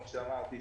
כמו שאמרתי,